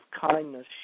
kindness